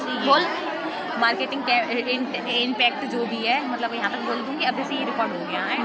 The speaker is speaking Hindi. मार्केट इंपैक्ट को ध्यान में रखते हुए व्यापार में निवेश किया जाता है